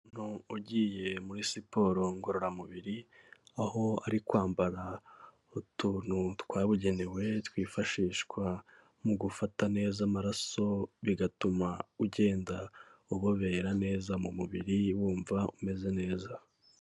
Umuntu ugiye muri siporo ngororamubiri, aho ari kwambara utuntu twabugenewe twifashishwa mu gufata neza amaraso, bigatuma ugenda ubobera neza mu mubiri wumva umeze neza.